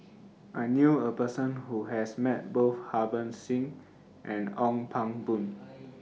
I knew A Person Who has Met Both Harbans Singh and Ong Pang Boon